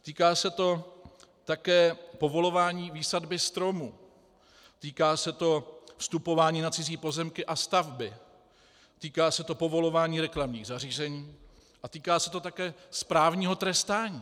Týká se to také povolování výsadby stromů, týká se to vstupování na cizí pozemky a stavby, týká se to povolování reklamních zařízení a týká se to také správního trestání.